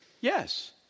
Yes